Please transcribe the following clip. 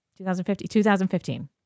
2015